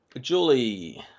Julie